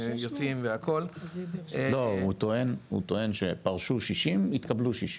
יוצאים --- הוא טוען שפרשו 60 והתקבלו 60 חדשים.